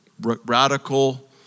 radical